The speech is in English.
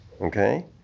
Okay